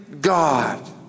God